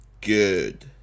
Good